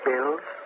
Bills